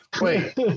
wait